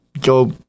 go